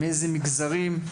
מאיזה מגזרים,